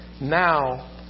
now